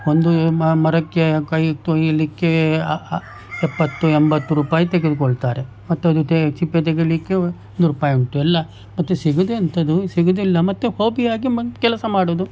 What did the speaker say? ಒಂದು ಮರಕ್ಕೆ ಕಾಯಿ ಕೊಯ್ಯಲ್ಲಿಕ್ಕೆ ಅ ಅ ಎಪ್ಪತ್ತು ಎಂಬತ್ತು ರೂಪಾಯಿ ತೆಗೆದುಕೊಳ್ತಾರೆ ಮತ್ತದು ತೆ ಸಿಪ್ಪೆ ತೆಗೆಯಲಿಕ್ಕೆ ನೂರು ರೂಪಾಯಿ ಉಂಟು ಎಲ್ಲ ಮತ್ತೆ ಸಿಗೋದೆಂಥದ್ದು ಸಿಗುವುದಿಲ್ಲ ಮತ್ತೆ ಹಾಬಿಯಾಗಿ ಮತ್ತು ಕೆಲಸ ಮಾಡುವುದು